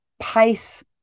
pace